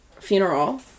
funeral